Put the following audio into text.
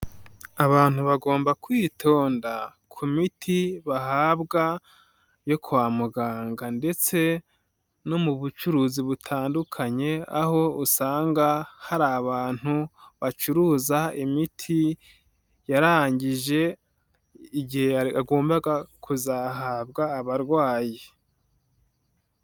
Abantu bagomba kwitonda, ku miti bahabwa yo kwa muganga ndetse no mu bucuruzi butandukanye, aho usanga hari abantu bacuruza imiti yarangije igihe yagombaga kuzahabwa abarwayi.